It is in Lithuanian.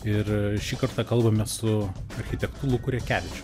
ir šį kartą kalbame su architektu luku rekevič